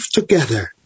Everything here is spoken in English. together